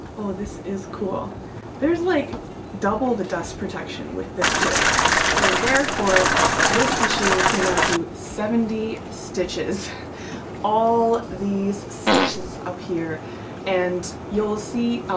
oh, this is cool there's like double the dust protection with this lid so therefore this machine can now do seventy stitches all these stitches up here and you'll see ah